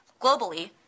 Globally